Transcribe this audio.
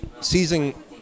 seizing